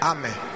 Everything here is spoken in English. Amen